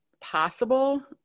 possible